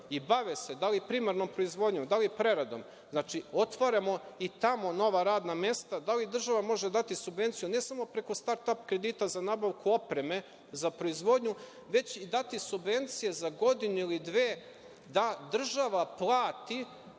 i bave se da li primarnom proizvodnjom, da li preradom, znači otvaramo i tamo nova radna mesta, da li država može dati subvenciju ne samo preko start-ap kredita za nabavku opreme za proizvodnju, već i dati subvencije za godinu ili dve, da država plati